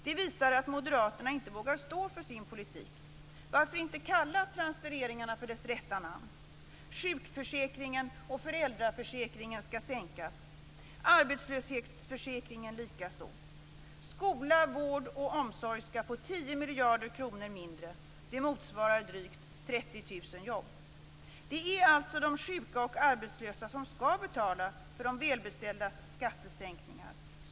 Det visar att moderaterna inte vågar stå för sin politik. Varför inte kalla "transfereringarna" för sitt rätta namn? Sjukförsäkringen och föräldraförsäkringen skall sänkas, arbetslöshetsförsäkringen likaså. Skola, vård och omsorg skall få 10 miljarder kronor mindre - det motsvarar drygt 30 000 jobb. Det är alltså de sjuka och arbetslösa som skall betala för de välbeställdas skattesänkningar.